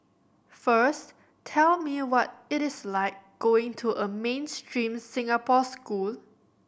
first tell me what it is like going to a mainstream Singapore school